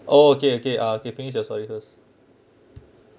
oh okay okay uh okay finish your story first